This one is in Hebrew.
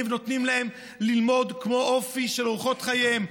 ונותנים להם ללמוד באופי של אורחות חייהם,